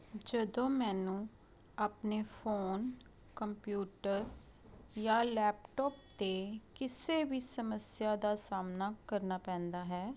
ਜਦੋਂ ਮੈਨੂੰ ਆਪਣੇ ਫੋਨ ਕੰਪਿਊਟਰ ਜਾਂ ਲੈਪਟੋਪ 'ਤੇ ਕਿਸੇ ਵੀ ਸਮੱਸਿਆ ਦਾ ਸਾਹਮਣਾ ਕਰਨਾ ਪੈਂਦਾ ਹੈ